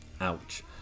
Ouch